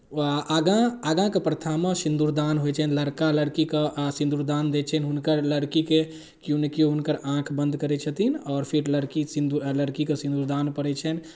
आगाँ आगाँके प्रथामे सिन्दूरदान होइ छनि लड़का लड़कीके सिन्दूर दान दै छै हुनकर लड़कीके किओ नहि किओ हुनकर आँखि बन्द करै छथिन आओर फेर लड़की सिन्दूर लड़कीकेँ सिन्दूरदान पड़ै छनि